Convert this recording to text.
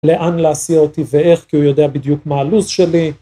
‫לאן להסיע אותי ואיך, ‫כי הוא יודע בדיוק מה הלו"ז שלי.